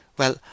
Well